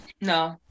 No